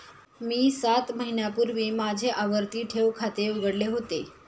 मी सात महिन्यांपूर्वी माझे आवर्ती ठेव खाते उघडले होते